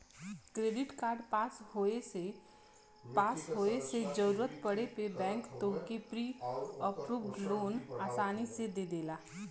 credit card पास होये से जरूरत पड़े पे बैंक तोहके प्री अप्रूव्ड लोन आसानी से दे देला